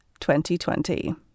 2020